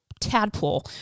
tadpole